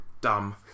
dumb